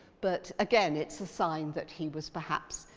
but again it's a sign that he was, perhaps,